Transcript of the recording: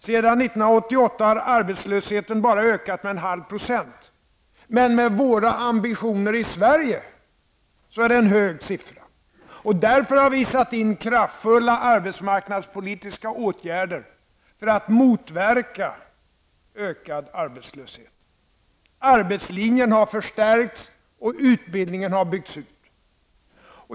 Sedan 1988 har arbetslösheten bara ökat med en halv procent, men med våra ambitioner i Sverige är det en hög siffra. Därför har vi satt in kraftfulla marknadspolitiska åtgärder för att motverka ökad arbetslöshet. Arbetslinjen har förstärkts, och utbildningen har byggts ut.